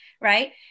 right